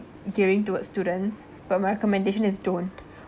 gearing towards students but my recommendation is don't